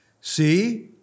See